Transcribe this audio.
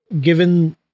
given